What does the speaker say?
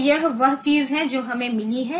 तो यह वह चीज है जो हमें मिली है